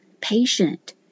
patient